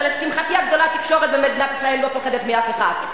ולשמחתי הגדולה התקשורת במדינת ישראל לא פוחדת מאף אחד.